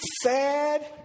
sad